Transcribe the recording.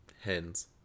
Hens